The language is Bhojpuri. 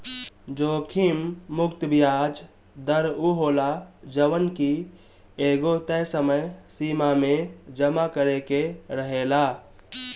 जोखिम मुक्त बियाज दर उ होला जवन की एगो तय समय सीमा में जमा करे के रहेला